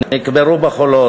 נקברו בחולות.